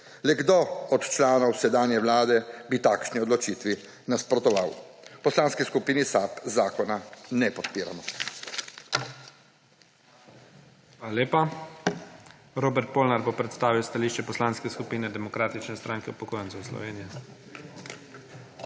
Le kdo od članov sedanje vlade bi takšni odločitvi nasprotoval?! V Poslanski skupini SAB zakona ne podpiramo.